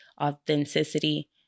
authenticity